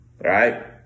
Right